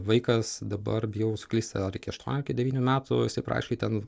vaikas dabar bijau suklysti ar iki aštuonių iki devynių metų jisai prašė ten